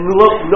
look